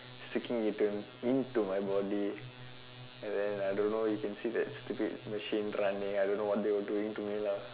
sticking into into my body and then I don't know you can see the stupid machine running I don't know what they were doing to me lah